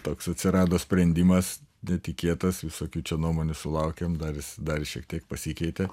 toks atsirado sprendimas netikėtas visokių nuomonių sulaukėm dar jis dar jis šiek tiek pasikeitė